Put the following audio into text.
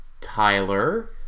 Tyler